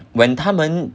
when 他们